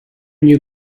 knew